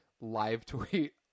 live-tweet